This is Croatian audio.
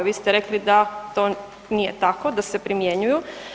Vi ste rekli da to nije tako, da se primjenjuju.